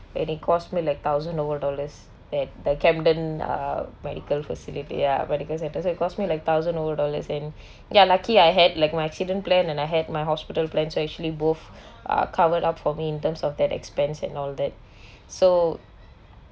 and it cost me like thousand over dollars at the camden uh medical facility ya medical centre so it cost me like thousand over dollars and ya lucky I had like my accident plan and I had my hospital plans so actually both uh covered up for me in terms of that expense and all that so